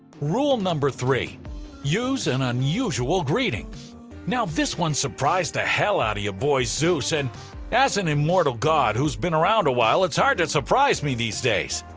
rule three use an unusual greeting now this one surprised the hell outta your boy zeus, and as an immortal god who's been around a while, it's hard to surprise me these days.